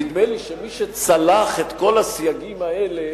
נדמה לי שמי שצלח את כל הסייגים האלה,